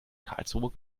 karlsruhe